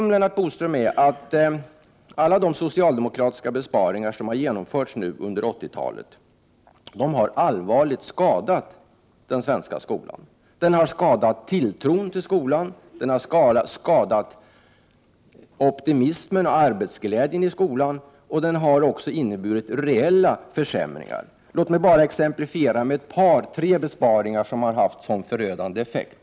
Men, Lennart Bodström, faktum är att alla de besparingar som socialdemokraterna har genomfört under 1980-talet allvarligt har skadat den svenska skolan. De har skadat tilltron till skolan, optimismen och arbetsglädjen. De har också inneburit reella försämringar. Låt mig bara få exemplifiera med ett par tre besparingar som har haft sådan förödande effekt.